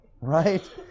right